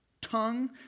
tongue